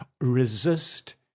resist